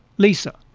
lisa,